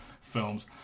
films